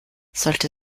sollte